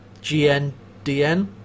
GNDN